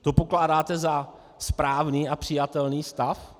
To pokládáte za správný a přijatelný stav?